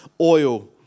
oil